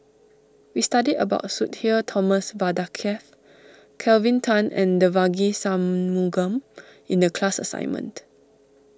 we studied about Sudhir Thomas Vadaketh Kelvin Tan and Devagi Sanmugam in the class assignment